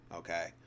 Okay